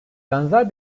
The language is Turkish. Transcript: benzer